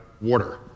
water